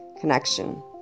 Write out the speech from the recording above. connection